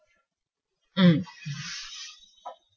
mm